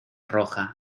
roja